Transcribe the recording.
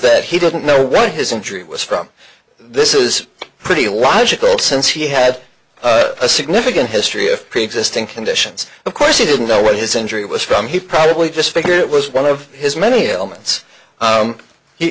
that he didn't know what his injury was from this is pretty logical since he had a significant history of preexisting conditions of course he didn't know what his injury was from he probably just figured it was one of his many ailments